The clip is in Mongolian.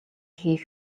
хийх